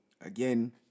again